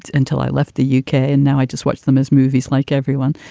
until i left the u k. and now i just watch them as movies, like everyone.